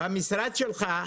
במשרד שלך,